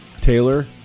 Taylor